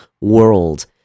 world